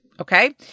Okay